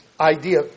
idea